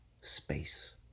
space